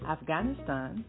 Afghanistan